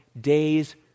days